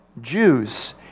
Jews